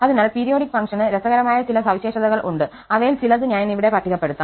അതിനാൽ പീരിയോഡിക് ഫങ്ക്ഷന് രസകരമായ ചില സവിശേഷതകൾ ഉണ്ട് അവയിൽ ചിലത് ഞാൻ ഇവിടെ പട്ടികപ്പെടുതാം